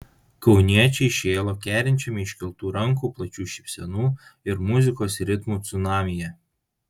kauniečiai šėlo kerinčiame iškeltų rankų plačių šypsenų ir muzikos ritmų cunamyje